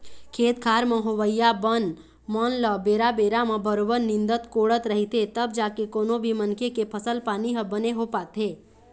खेत खार म होवइया बन मन ल बेरा बेरा म बरोबर निंदत कोड़त रहिथे तब जाके कोनो भी मनखे के फसल पानी ह बने हो पाथे